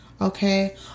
okay